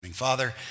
Father